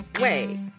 Wait